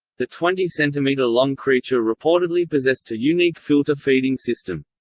the twenty centimetre long creature reportedly possessed a unique filter feeding system.